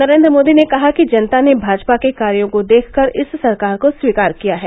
नरेन्द्र मोदी ने कहा कि जनता ने भाजपा के कार्यों को देखकर इस सरकार को स्वीकार किया है